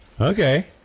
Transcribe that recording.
Okay